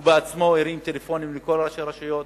והוא בעצמו הרים טלפונים לכל ראשי הרשויות,